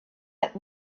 had